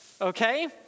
Okay